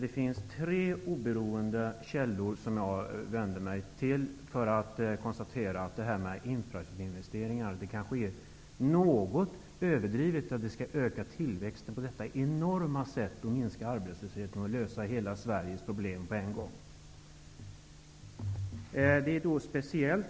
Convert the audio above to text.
Det finns tre oberoende källor jag vänder mig till för att konstatera att detta med lönsamheten på infrastrukturinvesteringar kanske är något överdrivet. Man tror att det skall bli en enorm ökning av tillväxten, att arbetslösheten skall minska och att alla Sveriges problem skall bli lösta på en gång.